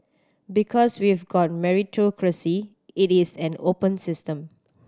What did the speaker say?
because we've got meritocracy it is an open system